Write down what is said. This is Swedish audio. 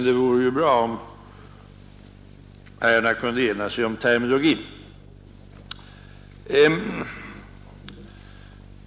Det vore ju bra om herrarna kunde ena sig om terminologin.